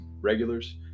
regulars